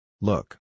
Look